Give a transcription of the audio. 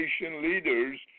leaders